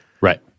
Right